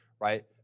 right